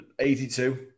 82